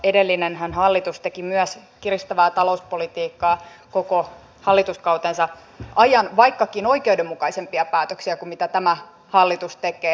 edellinen hallitushan teki myös kiristävää talouspolitiikkaa koko hallituskautensa ajan vaikkakin oikeudenmukaisempia päätöksiä kuin mitä tämä hallitus tekee